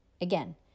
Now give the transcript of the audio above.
Again